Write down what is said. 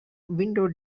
window